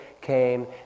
came